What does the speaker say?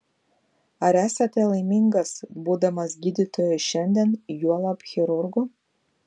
ar esate laimingas būdamas gydytoju šiandien juolab chirurgu